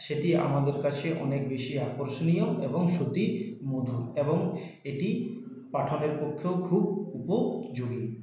সেটি আমাদের কাছে অনেক বেশি আকর্ষণীয় এবং শ্রুতি মধুর এবং এটি পাঠকের পক্ষেও খুব উপযোগী